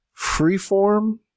freeform